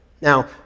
Now